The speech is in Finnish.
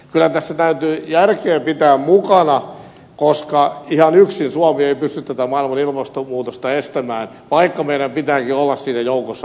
kyllä tässä täytyy järkeä pitää mukana koska ihan yksin suomi ei pysty tätä maailman ilmastonmuutosta estämään vaikka meidän pitääkin olla siinä joukossa mukana